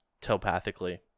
telepathically